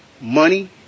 money